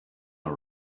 all